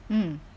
mm